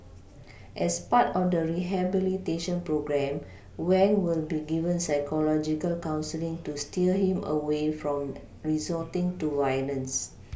as part on the rehabilitation programme Wang will be given psychological counselling to steer him away from resorting to violence